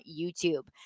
YouTube